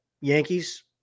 Yankees